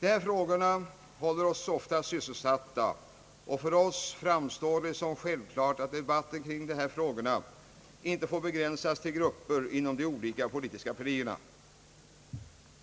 Dessa frågor håller oss ofta sysselsatta, och för oss framstår det som självklart, att debatten om dem inte får begränsas till grupper inom de olika politiska partierna.